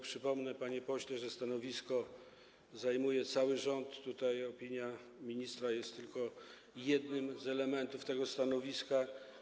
Przypomnę, panie pośle, że stanowisko zajmuje cały rząd, natomiast opinia ministra jest tylko jednym z elementów tego stanowiska.